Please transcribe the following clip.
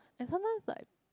and sometimes like